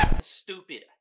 stupid